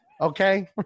okay